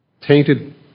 tainted